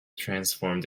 transformed